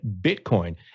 Bitcoin